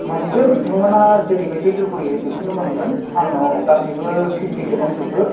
मोनगोन नोंथांमोना जेरैबायदि लुबैयो बेखौनो मोनगोन आंनाव गासैबो फेसिलिटिआ दंजोबो